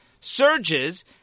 surges